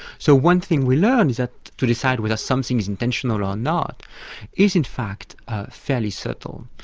so one thing we learn is that to decide whether something is intentional or ah not is in fact fairly subtle.